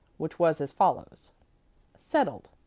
which was as follows settled.